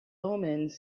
omens